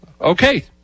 Okay